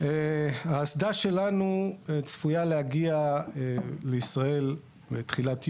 האסדה שלנו צפויה להגיע לישראל בתחילת יוני.